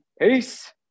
Peace